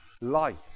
Light